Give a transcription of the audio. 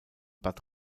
bad